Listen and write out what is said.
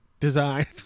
Design